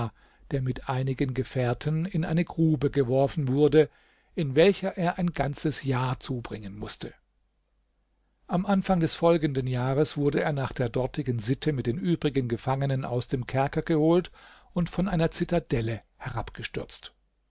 der mit einigen gefährten in eine grube geworfen wurde in welcher er ein ganzes jahr zubringen mußte am anfang des folgendes jahres wurde er nach der dortigen sitte mit den übrigen gefangenen aus dem kerker geholt und von einer zitadelle herabgestürzt